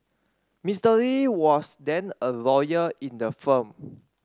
Mister Lee was then a lawyer in the firm